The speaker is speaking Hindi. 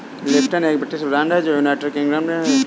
लिप्टन एक ब्रिटिश ब्रांड है जो यूनाइटेड किंगडम में है